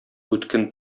үткен